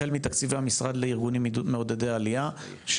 החל מתקציבי המשרד לארגונים מעודדי עלייה,